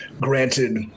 granted